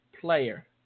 player